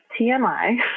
TMI